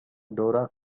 dora